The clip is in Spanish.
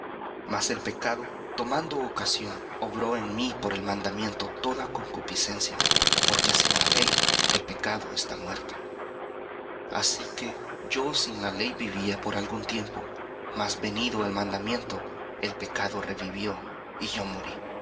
mas el pecado tomando ocasión obró en mí por el mandamiento toda concupiscencia porque sin la ley el pecado muerto así que yo sin la ley vivía por algún tiempo mas venido el mandamiento el pecado revivió y yo morí